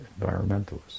environmentalists